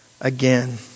again